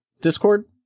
Discord